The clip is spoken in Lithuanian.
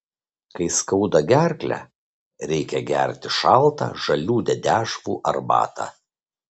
kai skauda gerklę reikia gerti šaltą žalių dedešvų arbatą